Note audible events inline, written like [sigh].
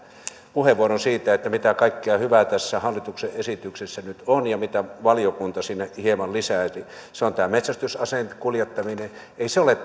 puheenvuoron siitä mitä kaikkea hyvää tässä hallituksen esityksessä nyt on ja mitä valiokunta sinne hieman lisäsi sitä on tämä metsästysaseen kuljettaminen ei se ole [unintelligible]